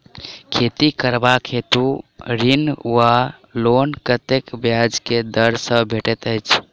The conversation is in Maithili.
खेती करबाक हेतु ऋण वा लोन कतेक ब्याज केँ दर सँ भेटैत अछि?